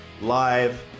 live